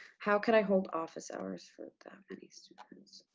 how could i hold office hours for that many students?